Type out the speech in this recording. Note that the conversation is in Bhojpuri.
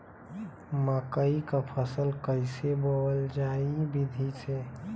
मकई क फसल कईसे बोवल जाई विधि से?